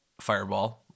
Fireball